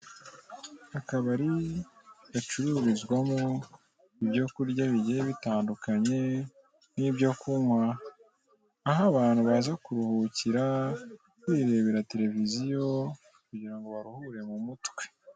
Akabari gacururizwamo ibyo kurya bigiye bitandukanye nibyo kunywa. Aho abantu baza kuruhukira birebera televiziyo kugira ngo baruhure mu mutwe.